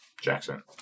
Jackson